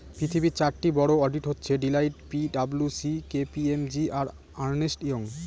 পৃথিবীর চারটি বড়ো অডিট হচ্ছে Deloitte P W C K P M G আর আর্নেস্ট ইয়ং